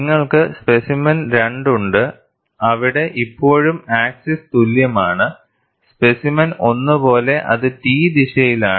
നിങ്ങൾക്ക് സ്പെസിമെൻ 2 ഉണ്ട് അവിടെ ഇപ്പോഴും ആക്സിസ് തുല്യമാണ് സ്പെസിമെൻ 1 പോലെ അത് T ദിശയിലാണ്